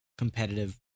Competitive